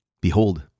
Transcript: behold